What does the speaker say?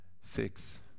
six